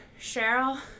Cheryl